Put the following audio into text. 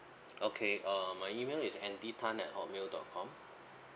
okay uh my email is andy tan at hotmail dot com